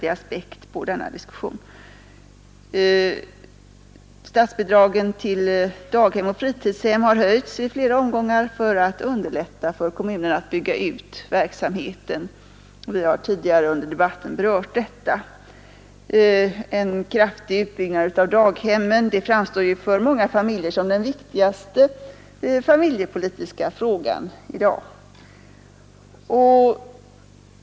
Statsbidragen till daghem och fritidshem har höjts i flera omgångar för att underlätta för kommunerna att bygga ut verksamheten. Vi har tidigare under debatten berört detta. En kraftig utbyggnad av daghemmen framstår ju för många familjer som den viktigaste familjepolitiska frågan i dag.